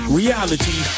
reality